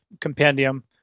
compendium